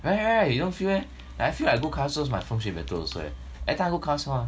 right right you don't feel meh I feel like go kyle's house my 风水 better also leh everytime I go kyle's house